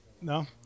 no